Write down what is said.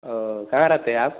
और कहाँ रहते हैं आप